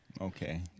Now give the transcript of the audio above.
Okay